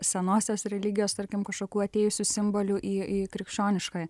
senosios religijos tarkim kažkokių atėjusių simbolių į į krikščioniškąją